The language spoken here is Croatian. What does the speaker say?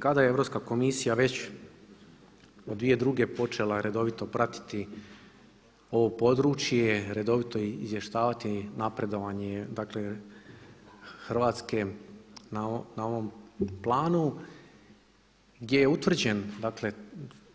Kada je Europska komisija već od 2002. počela redovito pratiti ovo područje, redovito izvještavati napredovanje dakle Hrvatske na ovom planu gdje je utvrđen dakle